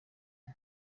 ine